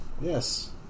Yes